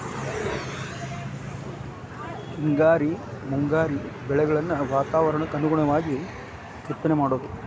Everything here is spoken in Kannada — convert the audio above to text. ಹಿಂಗಾರಿ ಮುಂಗಾರಿ ಬೆಳೆಗಳನ್ನ ವಾತಾವರಣಕ್ಕ ಅನುಗುಣವಾಗು ಬಿತ್ತನೆ ಮಾಡುದು